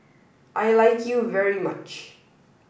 I like you very much